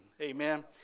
Amen